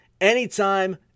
anytime